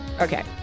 Okay